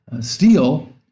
steel